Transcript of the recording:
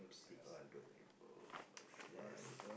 one two three four five six ya six